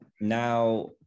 now